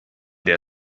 der